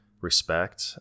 respect